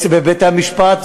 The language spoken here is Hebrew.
בבתי-המשפט,